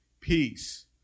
Peace